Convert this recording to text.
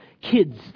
kids